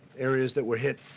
areas that were hit